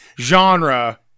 genre